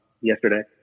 yesterday